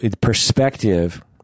perspective